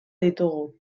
ditugu